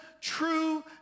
true